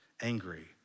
angry